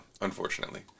unfortunately